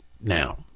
now